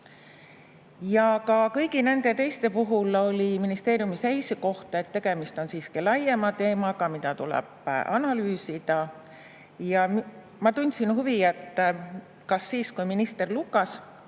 Ja ka kõigi nende teiste puhul oli ministeeriumi seisukoht, et tegemist on siiski laiema teemaga, mida tuleb analüüsida. Ma tundsin huvi, et kas ka siis, kui [Tõnis] Lukas